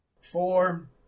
Four